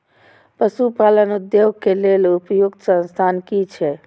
पशु पालन उद्योग के लेल उपयुक्त संसाधन की छै?